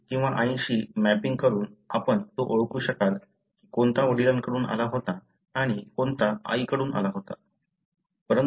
वडिल किंवा आईशी मॅपिंग करून आपण तो ओळखू शकाल की कोणता वडिलांकडून आला होता आणि कोणता आईकडून आला होता